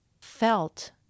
felt